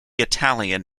italian